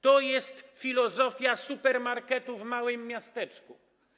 To jest filozofia supermarketów w małym miasteczku.